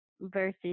versus